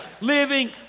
living